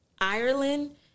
Ireland